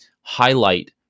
highlight